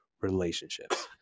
relationships